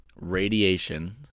radiation –